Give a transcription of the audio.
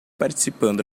participando